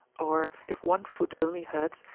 or, if one foot only hurts,